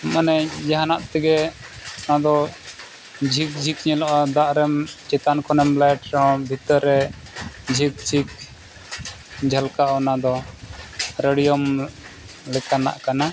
ᱢᱟᱱᱮ ᱡᱟᱦᱟᱱᱟᱜ ᱛᱮᱜᱮ ᱚᱱᱟ ᱫᱚ ᱡᱷᱤᱠ ᱡᱷᱤᱠ ᱧᱮᱞᱚᱜᱼᱟ ᱫᱟᱜ ᱨᱮᱢ ᱪᱮᱛᱟᱱ ᱠᱷᱚᱱᱮᱢ ᱞᱟᱭᱤᱴ ᱨᱮ ᱵᱷᱤᱛᱟᱹᱨ ᱨᱮ ᱡᱷᱤᱠ ᱡᱷᱤᱠ ᱡᱷᱟᱞᱠᱟ ᱚᱱᱟ ᱫᱚ ᱨᱮᱰᱤᱭᱚᱢ ᱞᱮᱠᱟᱱᱟᱜ ᱠᱟᱱᱟ